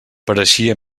pareixia